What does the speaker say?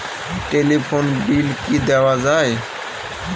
Telephone bill কি দেওয়া যায়?